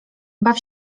baw